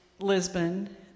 Lisbon